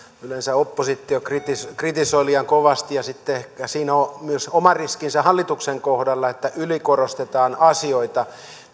yleensä oppositio kritisoi kritisoi liian kovasti ja siinä on myös oma riskinsä hallituksen kohdalla että ylikorostetaan asioita